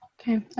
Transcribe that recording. Okay